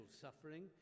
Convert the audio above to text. suffering